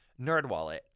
NerdWallet